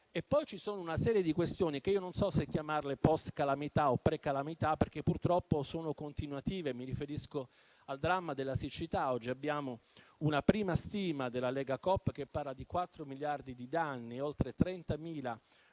Poi ci sono una serie di questioni che non so se chiamare post-calamità o pre-calamità, perché purtroppo sono continuative. Mi riferisco al dramma della siccità: oggi abbiamo una prima stima della Legacoop, che parla di 4 miliardi di danni e di oltre 30.000